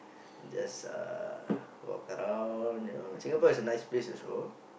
just uh walk around you know Singapore is a nice place also